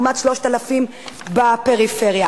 לעומת 3,000 בפריפריה.